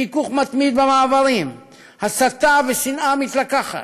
חיכוך מתמיד במעברים, הסתה ושנאה מתלקחת.